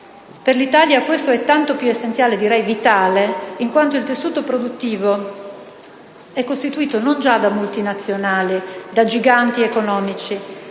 Per l'Italia questo è tanto più essenziale, direi vitale, in quanto il tessuto produttivo è costituito non già da multinazionali, da giganti economici,